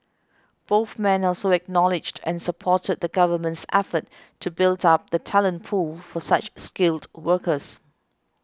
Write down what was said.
both men also acknowledged and supported the Government's efforts to build up the talent pool for such skilled workers